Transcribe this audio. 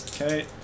Okay